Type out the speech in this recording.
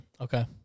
Okay